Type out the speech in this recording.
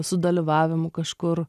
sudalyvavimu kažkur